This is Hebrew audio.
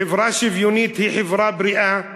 חברה שוויונית היא חברה בריאה,